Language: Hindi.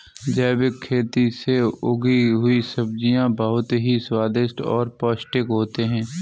जैविक खेती से उगी हुई सब्जियां बहुत ही स्वादिष्ट और पौष्टिक होते हैं